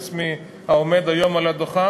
חוץ מהעומד היום על הדוכן,